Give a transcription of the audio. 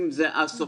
אם זה הסוכנות,